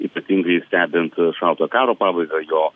ypatingai stebint šaltojo karo pabaigą jo